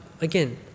again